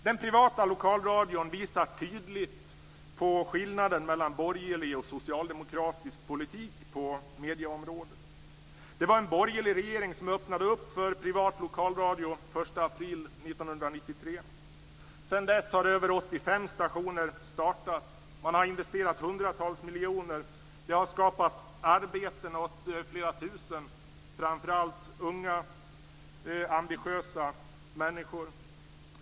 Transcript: Den privata lokalradion visar tydligt på skillnaden mellan borgerlig och socialdemokratisk politik på medieområdet. Det var en borgerlig regering som öppnade upp för privat lokalradio den 1 april 1993. Sedan dess har över 85 stationer startats. Man har investerat hundratals miljoner. Det har skapats arbeten år flera tusen, framför allt unga ambitiösa människor.